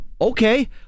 okay